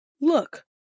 Look